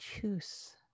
choose